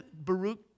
Baruch